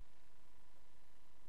של ראש הממשלה, ואנחנו,